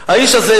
האיש הזה,